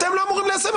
אתם לא אמורים ליישם,